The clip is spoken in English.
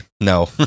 no